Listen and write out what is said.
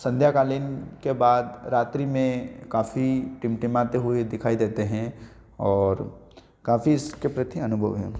संध्याकालीन के बाद रात्रि में काफी टिमटिमाते हुए दिखाई देते हैं और कफी इसके प्रति अनुभव हैं